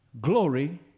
glory